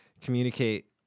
communicate